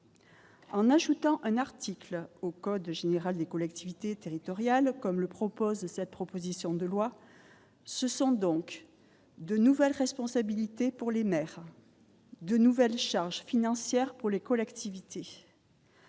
en ajoutant un article au code général des collectivités territoriales, comme le propose cette proposition de loi, ce sont donc de nouvelles responsabilités pour les mères de nouvelles charges financières pour les collectivités.